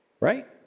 Right